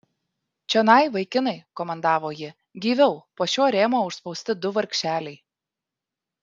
čionai vaikinai komandavo ji gyviau po šiuo rėmo užspausti du vargšeliai